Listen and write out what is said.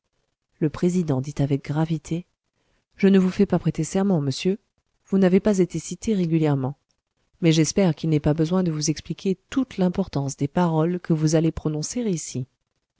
le président dit avec gravité je ne vous fais pas prêter serment monsieur vous n'avez pas été cité régulièrement mais j'espère qu'il n'est pas besoin de vous expliquer toute l'importance des paroles que vous allez prononcer ici